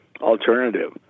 alternative